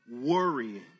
worrying